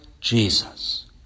Jesus